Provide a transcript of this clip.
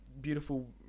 beautiful